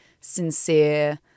sincere